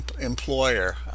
employer